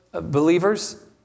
believers